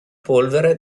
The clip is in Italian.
polvere